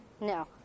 no